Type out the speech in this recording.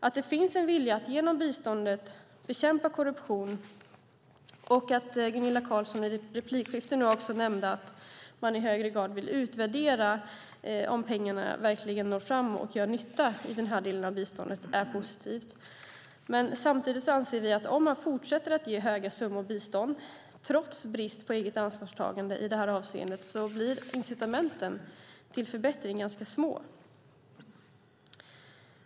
Att det finns en vilja att genom biståndet bekämpa korruption och att Gunilla Carlsson i ett replikskifte nu också nämnde att man i högre grad vill utvärdera om pengarna i den här delen av biståndet verkligen når fram och gör nytta är positivt. Men samtidigt anser vi att om man fortsätter att ge höga summor bistånd, trots brist på eget ansvarstagande i detta avseende, blir incitamenten till förbättring ganska små.